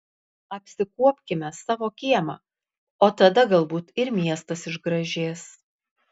apsikuopkime savo kiemą o tada galbūt ir miestas išgražės